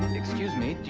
and excuse me.